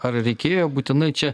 ar reikėjo būtinai čia